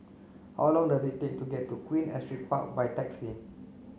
how long does it take to get to Queen Astrid Park by taxi